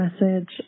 message